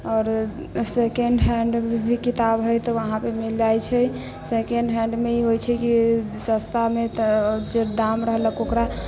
आओर second hand भी किताब हइ तऽ वहाँपे मिल जाइत छै सकेंड हैंडमे ई होइत छै कि सस्तामे तऽ जे दाम रहलक ओकरा